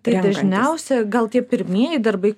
tai dažniausi gal tie pirmieji darbai